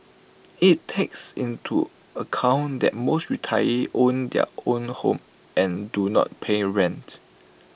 IT takes into account that most retirees own their own homes and do not pay rent